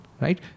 right